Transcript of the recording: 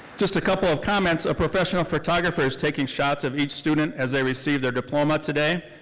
just a couple of comments, a professional photographer is taking shots of each student as they receive their diploma today.